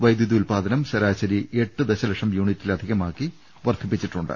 വൈദ്യുതി ഉത്പാദനം ശരാശരി എട്ട് ദശലക്ഷം യൂണി റ്റിലധികമാക്കി വർദ്ധിപ്പിച്ചിട്ടുണ്ട്